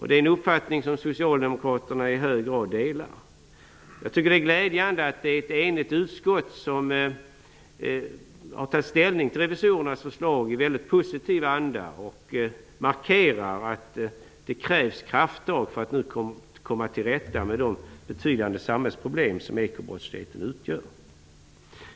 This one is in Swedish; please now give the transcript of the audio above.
Det är en uppfattning som Socialdemokraterna i hög grad delar. Jag tycker att det är glädjande att det är ett enigt utskott som har tagit ställning till revisorernas förslag i positiv anda och markerar att det krävs krafttag för att komma till rätta med de betydande samhällsproblem som ekobrottsligheten utgör.